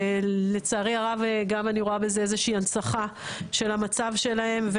ולצערי הרב גם אני רואה בזה איזושהי הנצחה של המצב שלהם,